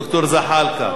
ד"ר זחאלקה.